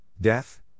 death